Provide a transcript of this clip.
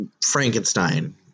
Frankenstein